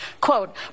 Quote